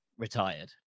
retired